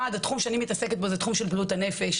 התחום שאני מתעסקת בו זה תחום של בריאות הנפש.